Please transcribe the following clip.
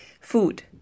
Food